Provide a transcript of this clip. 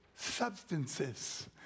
substances